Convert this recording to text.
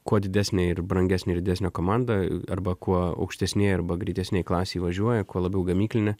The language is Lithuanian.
kuo didesnė ir brangesnė ir didesnė komanda arba kuo aukštesnėj arba greitesnėj klasei važiuoja kuo labiau gamyklinė